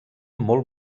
molt